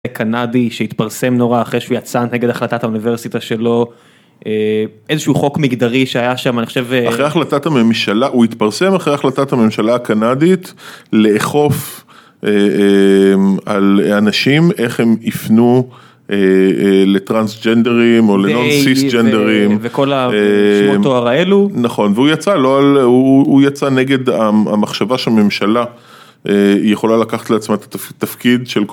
קנדי שהתפרסם נורא אחרי שהוא יצא נגד החלטת האוניברסיטה שלו איזה שהוא חוק מגדרי שהיה שם אני חושב אחרי החלטת הממשלה הוא התפרסם אחרי החלטת הממשלה הקנדית לאכוף על אנשים איך הם יפנו לטראנסג'נדרים או לנון סיס ג'נדרים וכל שמות התואר האלו נכון והוא יצא נגד המחשבה של הממשלה היא יכולה לקחת לעצמה את התפקיד של כל